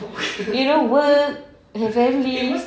you know work have family